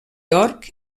york